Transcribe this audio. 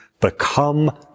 become